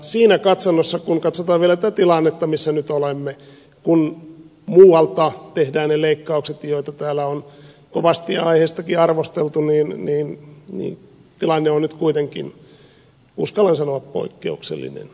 siinä katsannossa kun katsotaan vielä tätä tilannetta missä nyt olemme kun muualta tehdään ne leikkaukset joita täällä on kovasti aiheestakin arvosteltu niin tilanne on nyt kuitenkin uskallan sanoa poikkeuksellinen